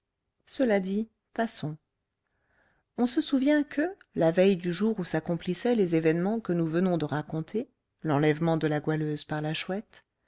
cela dit passons on se souvient que la veille du jour où s'accomplissaient les événements que nous venons de raconter l'enlèvement de la goualeuse par